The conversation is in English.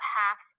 half